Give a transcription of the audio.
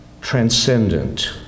transcendent